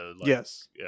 yes